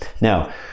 now